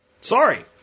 Sorry